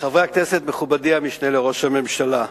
חברי הכנסת, מכובדי המשנה לראש הממשלה,